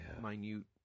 minute